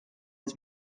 its